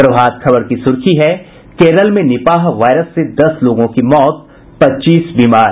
प्रभात खबर की सुर्खी है केरल में निपाह वायरस से दस लोगों की मौत पच्चीस बीमार